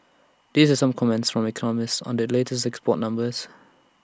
these are some comments from economists on the latest export numbers